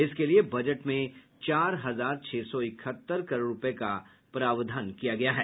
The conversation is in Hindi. इसके लिये बजट में चार हजार छह सौ इकहत्तर करोड़ रूपये का प्रावधान किया गया है